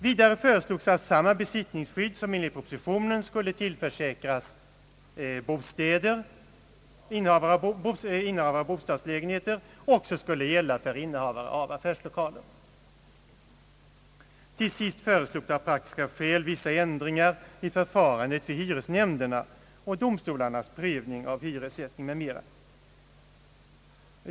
Vidare föreslogs att samma besittningsskydd, som enligt propositionen skulle tillförsäkras innehavare av bostadslägenheter, också skulle gälla för innehavare av affärslokaler. Till sist föreslogs av praktiska skäl vissa ändringar i förfarandet i hyresnämnderna och domstolarnas prövning av hyresrätten m.m.